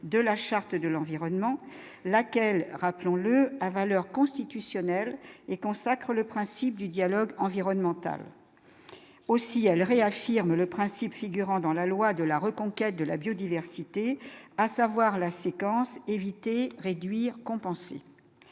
de la charte de l'environnement, laquelle, rappelons-le, a valeur constitutionnelle et consacre le principe du dialogue environnemental aussi a le réaffirme le principe figurant dans la loi de la reconquête de la biodiversité, à savoir la séquence éviter réduire compenser